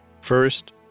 First